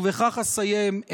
ובכך אסיים,